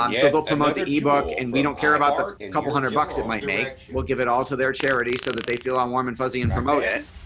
um so they'll promote the e-book and we don't care about the couple hundred bucks it might make. we'll give it all to their charity so that they feel all um warm and fuzzy and promote it.